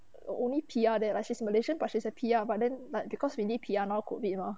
the only P_R there lah she's malaysian but she a P_R but then but because we need P_R now cause COVID mah